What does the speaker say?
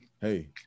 hey